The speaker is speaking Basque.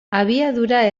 abiadura